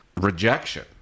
rejection